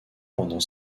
pendant